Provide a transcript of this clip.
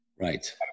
Right